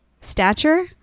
stature